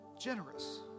generous